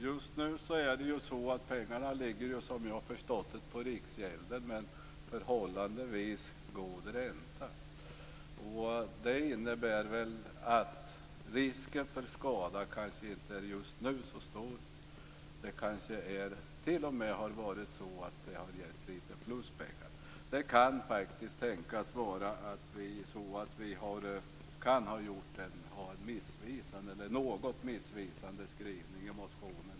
Herr talman! Just nu ligger pengarna, som jag har förstått det, hos Riksgälden med förhållandevis god ränta. Det innebär väl att risken för skada just nu kanske inte är så stor. Det kanske t.o.m. har gett lite pluspengar. Det kan faktiskt tänkas vara så att vi kan ha en något missvisande skrivning i reservationen, det skall jag inte hålla för omöjligt.